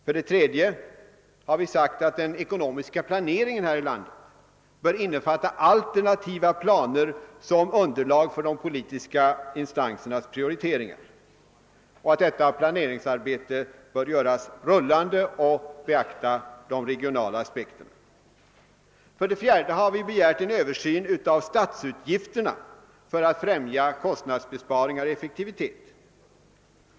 För det tredje har vi sagt att den ekonomiska planeringen här i landet bör innefatta alternativa planer som underlag för de politiska instansernas prioriteringar och att detta planeringsarbete bör göras rullande och bevaka de regionala aspekterna. För det fjärde har vi begärt en översyn av statsutgifterna för att främja kostnadsbesparingar och effektivitet.